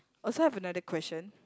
also have another question